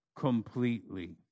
Completely